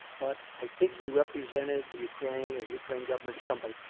but i think he represented the ukraine, or ukraine government, or somebody.